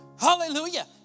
Hallelujah